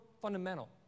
fundamental